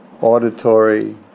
auditory